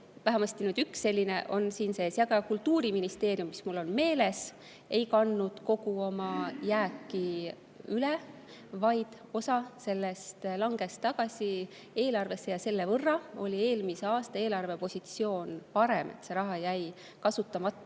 Vähemasti üks selline [muudatus] on siin sees. Ja ka Kultuuriministeerium, mul on meeles, ei kandnud kogu oma jääki üle, vaid osa sellest langes tagasi eelarvesse ja selle võrra on eelmise aasta eelarve positsioon parem. See raha jäi kasutamata.